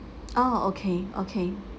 oh okay okay